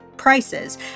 Prices